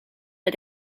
but